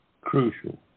crucial